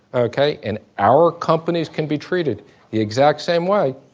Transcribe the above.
ok, and our companies can be treated the exact same way,